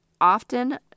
often